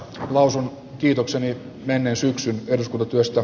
vaasan kiitokseni menneen syksyn eduskuntatyöstä